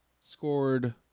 scored